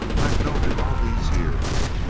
i've known it all these years.